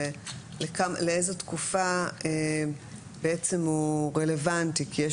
לאיזה תקופה בעצם הוא רלוונטי כי יש